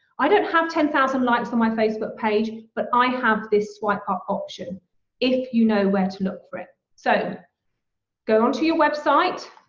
i don't have ten thousand likes on my facebook page, but i have this swipe up option if you know where to look for it. so go onto your website,